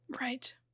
right